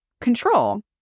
control